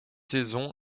saison